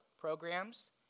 programs